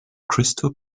crystal